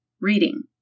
Reading